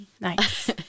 Nice